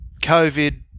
covid